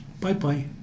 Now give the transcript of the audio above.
Bye-bye